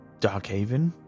Darkhaven